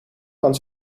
van